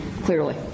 clearly